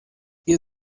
ihr